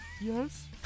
Yes